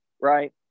right